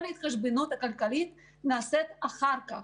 כל ההתחשבנות הכלכלית נעשית אחר כך,